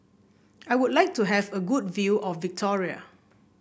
I would like to have a good view of Victoria